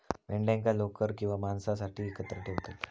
मेंढ्यांका लोकर किंवा मांसासाठी एकत्र ठेवतत